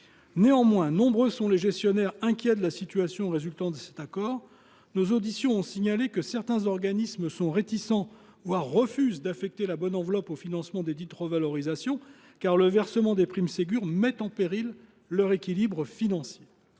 Néanmoins, nombreux sont les gestionnaires inquiets de la situation résultant de cet accord. Nos auditions nous ont montré que certains organismes sont réticents ; ils refusent même d’affecter la bonne enveloppe au financement desdites revalorisations, car le versement des primes Ségur met en péril leur équilibre financier.